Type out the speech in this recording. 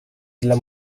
dla